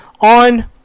on